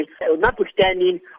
notwithstanding